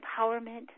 empowerment